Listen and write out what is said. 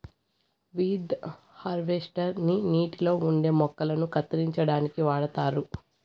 weed harvester ని నీటిలో ఉండే మొక్కలను కత్తిరించడానికి వాడుతారు